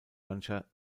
mancher